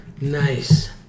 Nice